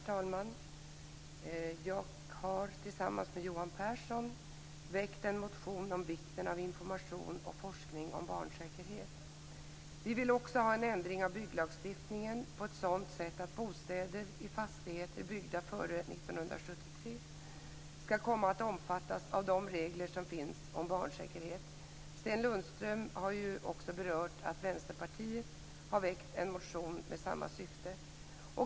Herr talman! Jag har tillsammans med Johan Pehrson väckt en motion om vikten av information och forskning om barnsäkerhet. Vi vill också ha en ändring av bygglagstiftningen på ett sådant sätt att bostäder i fastigheter byggda före 1973 ska komma att omfattas av de regler som finns om barnsäkerhet. Sten Lundström har också berört att Vänsterpartiet har väckt en motion med samma syfte.